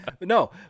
No